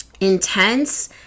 intense